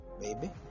Baby